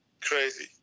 crazy